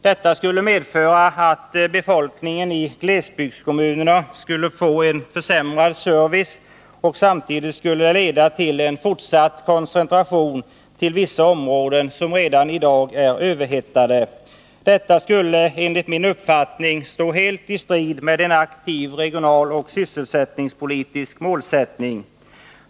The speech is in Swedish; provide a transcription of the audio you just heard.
Detta skulle medföra att befolkningen i glesbygdskommunerna skulle få en försämring av servicen. Samtidigt skulle det leda till en fortsatt koncentration till vissa områden som redan i dag är överhettade. Detta skulle, enligt min uppfattning, stå helt i strid med en aktiv regionalpolitisk och sysselsättningspolitisk målsättning.